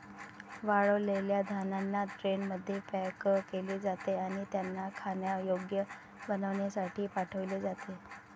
वाळलेल्या धान्यांना ट्रेनमध्ये पॅक केले जाते आणि त्यांना खाण्यायोग्य बनविण्यासाठी पाठविले जाते